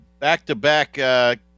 Back-to-back